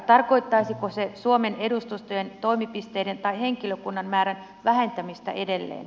tarkoittaisiko se suomen edustustojen toimipisteiden tai henkilökunnan määrän vähentämistä edelleen